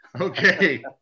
okay